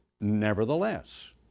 nevertheless